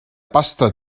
pasta